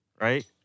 right